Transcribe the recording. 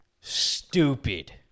stupid